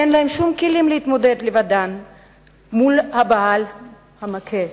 אין להן שום כלים להתמודד לבדן עם הבעל המכה.